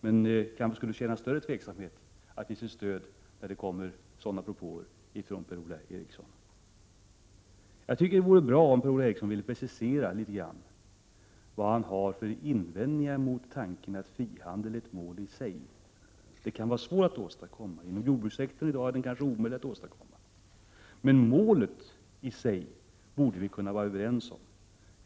Man kan känna större tveksamhet att ge sitt stöd när det kommer sådana propåer från Per-Ola Eriksson. Det vore bra om Per-Ola Eriksson ville precisera vad han har för invändningar mot tanken att frihandel är ett mål i sig. Den kan vara svår att åstadkomma — inom jordbrukssektorn är det i dag kanske omöjligt. Men målet i sig borde vi kunna vara överens om.